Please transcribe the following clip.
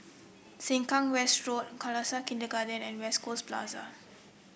Sengkang West Road Khalsa Kindergarten and West Coast Plaza